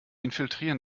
infiltrieren